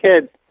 kids